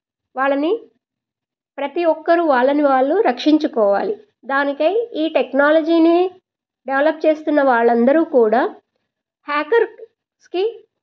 వాళ్ళని ప్రతీ ఒక్కరూ వాళ్ళని వాళ్ళు రక్షించుకోవాలి దానికై ఈ టెక్నాలజీని డెవలప్ చేస్తున్న వాళ్ళందరూ కూడా హ్యాకర్స్కి